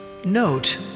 note